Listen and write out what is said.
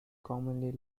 commonly